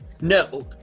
No